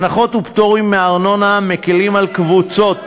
הנחות ופטורים מארנונה מקילים על קבוצות,